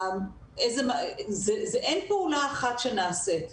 אין פעולה אחת שנעשית.